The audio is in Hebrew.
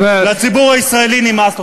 לציבור הישראלי נמאס.